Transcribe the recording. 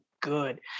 good